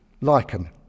lichen